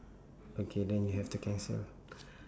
okay then you have to cancel